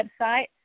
website